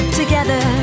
together